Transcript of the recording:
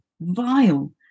vile